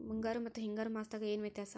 ಮುಂಗಾರು ಮತ್ತ ಹಿಂಗಾರು ಮಾಸದಾಗ ಏನ್ ವ್ಯತ್ಯಾಸ?